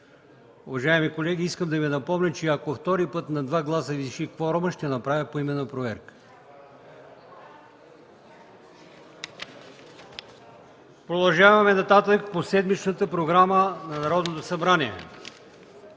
Уважаеми колеги, искам да Ви напомня, че ако втори път на два гласа виси кворумът, ще направя поименна проверка. Продължаваме нататък по седмичната програма на Народното събрание: